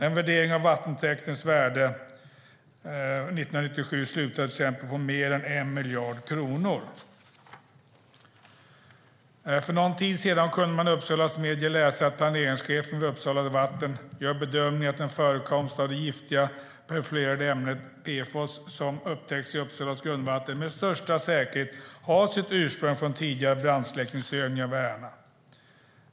En värdering av vattentäktens värde 1997 slutade till exempel på mer än 1 miljard kronor. För någon tid sedan kunde man i Uppsalas medier läsa att planeringschefen vid Uppsala Vatten gör bedömningen att en förekomst av det giftiga perfluorerade ämnet PFOS som upptäckts i Uppsalas grundvatten med största säkerhet har sitt ursprung från tidigare brandsläckningsövningar vid Ärna.